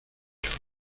chole